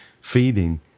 feeding